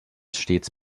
stets